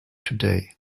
today